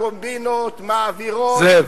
שהקומבינות מעבירות, זאב,